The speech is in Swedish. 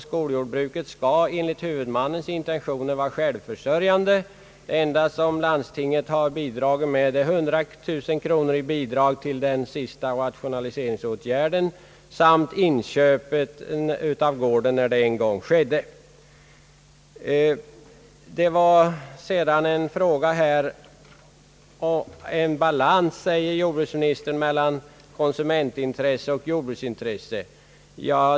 Skoljordbruket skall enligt huvudmannens intentioner vara självförsörjande. Det enda som landstinget har bidragit med är 100 000 kronor till den sista rationaliseringsåtgärden samt inköpet av gården på sin tid. Jordbruksministern talade om en balans mellan konsumentintresse och jordbrukarintresse.